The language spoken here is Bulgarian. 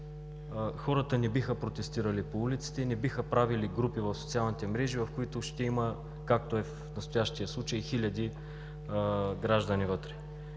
хората не биха протестирали по улиците, не биха правили групи в социалните мрежи, в които ще има както е в настоящия случай, хиляди граждани вътре.